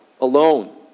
alone